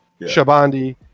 shabandi